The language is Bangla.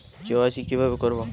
কে.ওয়াই.সি কিভাবে করব?